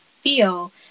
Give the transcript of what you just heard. feel